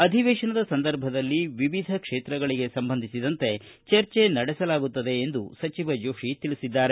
ಅಧಿವೇಶನದ ಸಂದರ್ಭದಲ್ಲಿ ವಿವಿಧ ಕ್ಷೇತ್ರಗಳಿಗೆ ಸಂಬಂಧಿಸಿದಂತೆ ಚರ್ಚೆ ನಡೆಸಲಾಗುತ್ತದೆ ಎಂದು ಸಚಿವ ಜೋಶಿ ತಿಳಿಸಿದ್ದಾರೆ